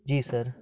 जी sir